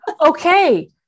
Okay